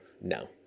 no